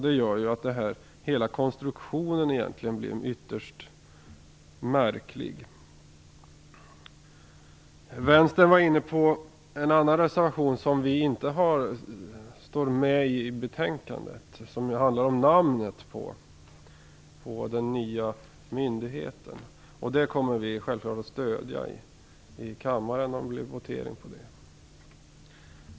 Det gör att hela konstruktionen egentligen blir ytterst märklig. Vänsterns representant berörde en reservation som vi inte står bakom och som handlar om namnet på den nya myndigheten. Den reservationen kommer vi självklart att stödja om det blir votering på den punkten.